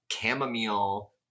chamomile